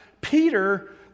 peter